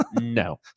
No